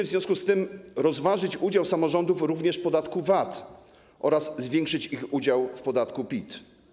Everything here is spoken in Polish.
W związku z tym musimy rozważyć udział samorządów również w podatku VAT oraz zwiększyć ich udział w podatku PIT.